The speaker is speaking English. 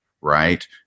right